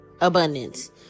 abundance